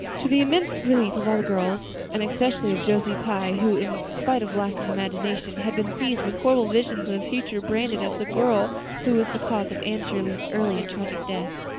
to the immense relief of all the girls, and especially of josie pye, who, in spite of lack of imagination, had been seized with horrible visions of a future branded as the girl who was the cause of anne shirley's early and tragic death,